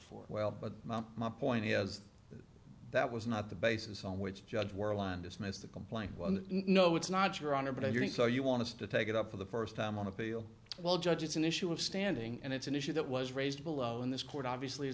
for well but my point is that was not the basis on which judge were aligned dismissed the complaint well no it's not your honor but i'm hearing so you want to take it up for the first time on appeal well judge it's an issue of standing and it's an issue that was raised below in this court obviously is